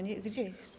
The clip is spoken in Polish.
Nie, gdzie?